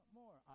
more